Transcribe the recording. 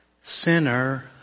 sinner